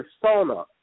persona